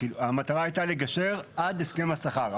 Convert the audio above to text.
המטרה הייתה לגשר עד הסכם השכר.